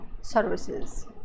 services